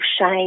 shame